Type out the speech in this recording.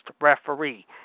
referee